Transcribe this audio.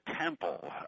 temple